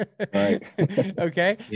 Okay